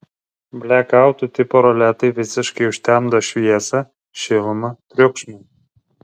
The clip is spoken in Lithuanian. blekautų tipo roletai visiškai užtemdo šviesą šilumą triukšmą